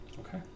Okay